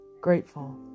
Grateful